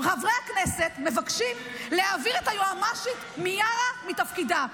חברי הכנסת מבקשים להעביר את היועמ"שית מיארה מתפקידה,